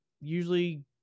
usually